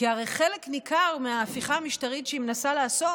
כי הרי חלק ניכר מההפיכה המשטרית שהיא מנסה לעשות